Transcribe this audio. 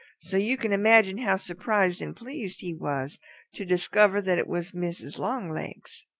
so you can imagine how surprised and pleased he was to discover that it was mrs. longlegs.